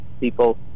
people